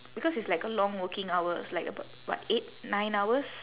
because it's like a long working hours like about what eight nine hours